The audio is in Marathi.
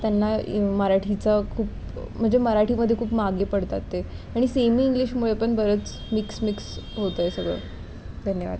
त्यांना इ मराठीचा खूप म्हणजे मराठीमध्ये खूप मागे पडतात ते आणि सेमी इंग्लिशमुळे पण बरंच मिक्स मिक्स होत आहे सगळं धन्यवाद